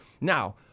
Now